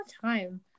time